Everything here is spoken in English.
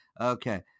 Okay